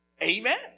Amen